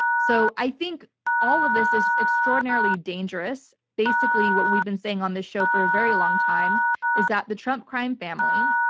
so i think all of this is extraordinarily dangerous. basically what we've been saying on this show for a very long time is that the trump crime family,